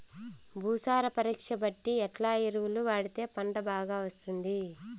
భూసార పరీక్ష బట్టి ఎట్లా ఎరువులు వాడితే పంట బాగా వస్తుంది?